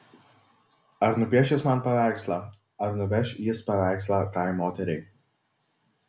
ar nupieš jis man paveikslą ar nuveš jis paveikslą tai moteriai